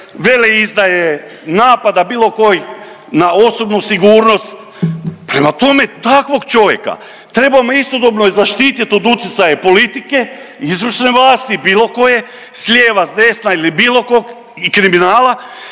veleizdaje, napada bilo kojih na osobnu sigurnost. Prema tome takvog čovjeka trebamo istodobno zaštitit od utjecaja politike, izvršne vlasti bilo koje, s lijeva, s desna i bilo kog i kriminala